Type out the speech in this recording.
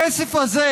הכסף הזה,